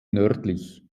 nördlich